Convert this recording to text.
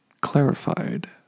clarified